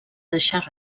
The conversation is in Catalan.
deixar